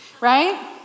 right